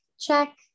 Check